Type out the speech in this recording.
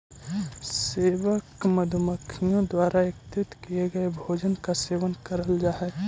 सेवक मधुमक्खियों द्वारा एकत्रित किए गए भोजन का सेवन करल जा हई